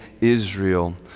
Israel